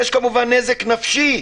יש, כמובן, נזק נפשי.